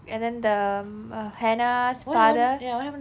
and then the err hannah's father